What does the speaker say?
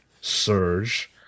Surge